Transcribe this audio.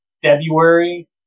February